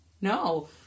No